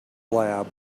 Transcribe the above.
lab